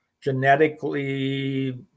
genetically